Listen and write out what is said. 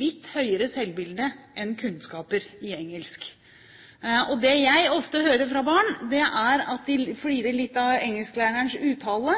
litt høyere selvbilde enn kunnskaper i engelsk. Det jeg ofte hører fra barn, er at de flirer litt av engelsklærerens uttale,